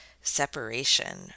separation